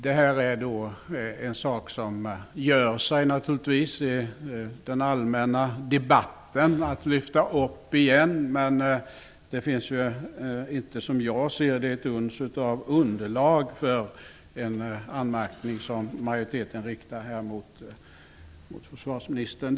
Det här är en sak som gör sig naturligtvis i den allmänna debatten, men det finns inte, som jag ser det, ett uns av underlag för den anmärkning som majoriteten här riktar mot försvarsministern.